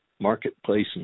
marketplace